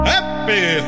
Happy